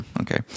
Okay